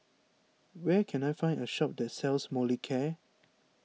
where can I find a shop that sells Molicare